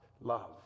love